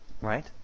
right